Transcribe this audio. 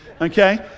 Okay